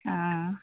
অঁ